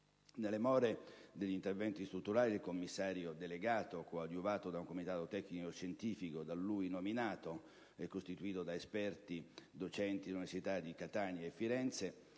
Nelle more degli interventi strutturali, il commissario delegato, coadiuvato da un comitato tecnico-scientifico da lui nominato, costituito da esperti docenti delle università di Catania e Firenze,